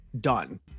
done